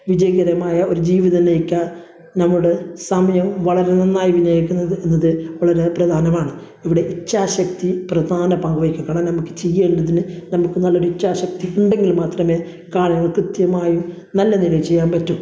വിജയകരമായ ഒരു ജീവിതം നയിക്കാൻ നമ്മുടെ സമയം വളരെ നന്നായി വിനിയോഗിക്കുന്നത് എന്നത് വളരെ പ്രധാനമാണ് ഇവിടെ ഇച്ഛാശക്തി പ്രധാന പങ്ക് വഹിക്കും കാരണം നമുക്ക് ചെയ്യേണ്ടതിന് നമുക്ക് നല്ലൊരു ഇച്ഛാശക്തി ഉണ്ടെങ്കിൽ മാത്രമേ കാര്യങ്ങൾ കൃത്യമായി നല്ലതിനെ ചെയ്യാൻ പറ്റും